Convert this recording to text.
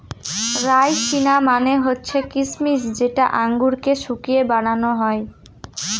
রাইসিনা মানে হচ্ছে কিসমিস যেটা আঙুরকে শুকিয়ে বানানো হয়